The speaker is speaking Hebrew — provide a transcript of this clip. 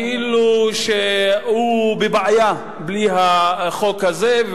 כאילו שהוא בבעיה בלי החוק הזה,